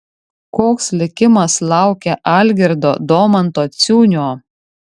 koks likimas laukia algirdo domanto ciūnio